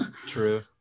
True